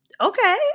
okay